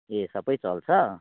ए सबै चल्छ